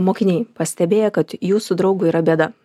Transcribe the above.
mokiniai pastebėję kad jūsų draugui yra bėda